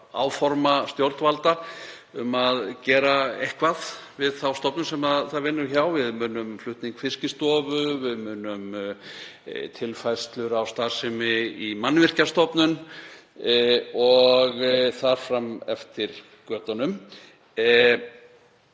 áforma stjórnvalda um að gera eitthvað við þá stofnun sem það vinnur hjá. Við munum flutning Fiskistofu, við munum tilfærslu á starfsemi í Mannvirkjastofnun og þar fram eftir götunum.